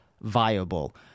viable